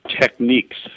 techniques